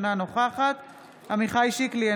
אינה נוכחת עמיחי שיקלי,